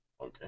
Okay